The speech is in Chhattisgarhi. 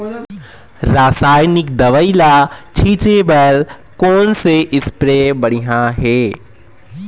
रासायनिक दवई ला छिचे बर कोन से स्प्रे बढ़िया हे?